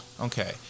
okay